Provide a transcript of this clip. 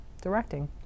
directing